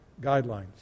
guidelines